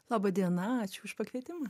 laba diena ačiū už pakvietimą